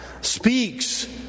speaks